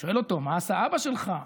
שואל אותו: מה עשה אבא שלך?